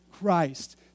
Christ